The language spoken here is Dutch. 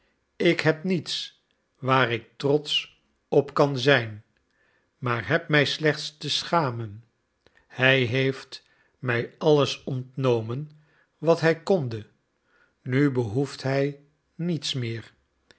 ik heb niets waar ik trotsch op zijn kan maar heb mij slechts te schamen hij heeft mij alles ontnomen wat hij konde nu behoeft hij niets meer